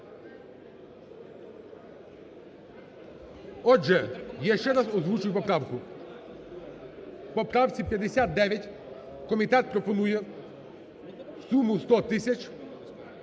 Отже, я ще раз озвучую поправку. В поправці 59 комітет пропонує суму 100 тисяч